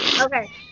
Okay